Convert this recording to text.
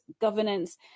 governance